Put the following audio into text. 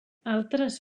altres